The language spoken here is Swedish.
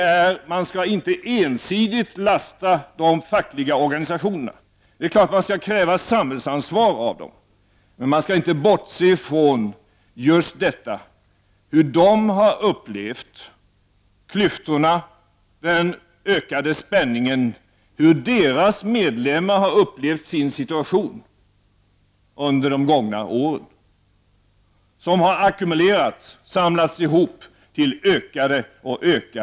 Men man skall inte ensidigt lasta de fackliga organisationerna. Det är klart att man skall kräva samhällsansvar av dem, men man skall inte bortse från just hur de har upplevt klyftorna och den ökade spänningen, hur deras medlem mar har upplevt sin situation under de gångna åren, då kraven har ackumulerats och ökat.